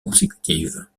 consécutive